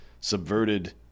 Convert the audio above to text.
subverted